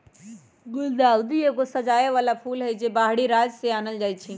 गुलदाऊदी एगो सजाबे बला फूल हई, जे बाहरी राज्य से आनल जाइ छै